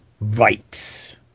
right